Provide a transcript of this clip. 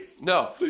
no